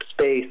space